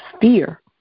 fear